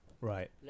Right